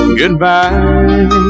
goodbye